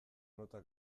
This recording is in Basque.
nota